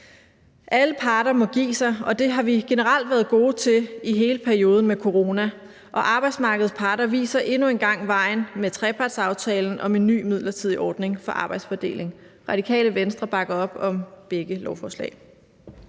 Alle parter må give sig, og det har vi generelt været gode til i hele perioden med corona. Og arbejdsmarkedets parter viser endnu en gang vejen med trepartsaftalen om en ny midlertidig ordning for arbejdsfordeling. Radikale Venstre bakker op om begge lovforslag.